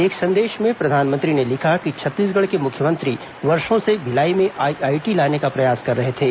एक संदेश में प्रधानमंत्री ने लिखा कि छत्तीसगढ़ के मुख्यमंत्री वर्षो से भिलाई में आईआईटी लाने का प्रयास कर रहे थे